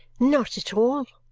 not at all!